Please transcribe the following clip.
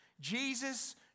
Jesus